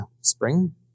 spring